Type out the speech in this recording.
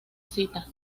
cita